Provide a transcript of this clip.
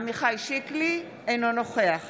אינו נוכח